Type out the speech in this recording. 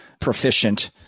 proficient